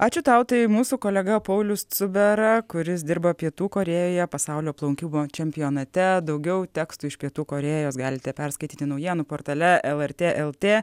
ačiū tau tai mūsų kolega paulius cubera kuris dirba pietų korėjoje pasaulio plaukimo čempionate daugiau tekstų iš pietų korėjos galite perskaityti naujienų portale lrt lt